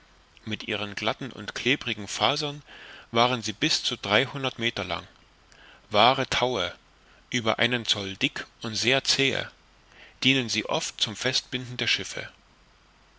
mit ihren glatten und klebrigen fasern waren sie bis zu dreihundert meter lang wahre taue über einen zoll dick und sehr zähe dienen sie oft zum festbinden der schiffe